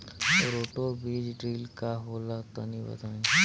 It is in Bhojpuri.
रोटो बीज ड्रिल का होला तनि बताई?